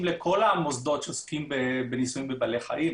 לכל המוסדות שעוסקים בניסויים בבעלי חיים,